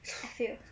I feel